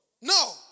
No